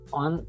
on